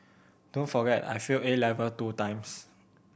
don't forget I failed A level two times